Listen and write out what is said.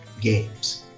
games